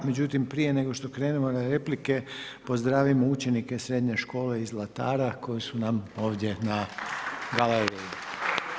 Međutim, prije nego što krenemo na replike pozdravimo učenike srednje škole iz Zlatara koji su nam ovdje na galeriji.